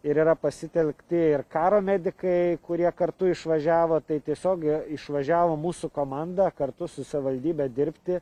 ir yra pasitelkti ir karo medikai kurie kartu išvažiavo tai tiesiog išvažiavo mūsų komanda kartu su savivaldybe dirbti